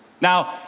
Now